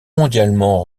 mondialement